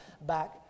back